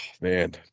man